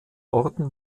orten